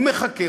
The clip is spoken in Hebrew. הוא מחכה.